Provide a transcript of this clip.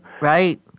right